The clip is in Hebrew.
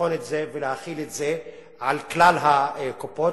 להחיל את זה על כלל הקופות,